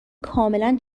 کاملا